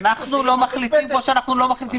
מצוין, כולל חיטוי.